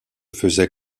faisait